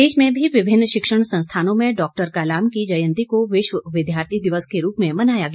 प्रदेश में भी विभिन्न शिक्षण संस्थानों में डॉ कलाम की जयंती को विश्व विद्यार्थी दिवस के रूप में मनाया गया